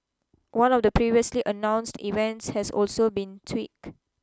one of the previously announced events has also been tweak